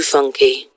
Funky